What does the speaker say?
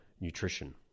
nutrition